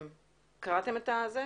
קראתם את זה?